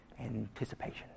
anticipation